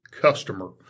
customer